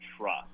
trust